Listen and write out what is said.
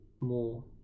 more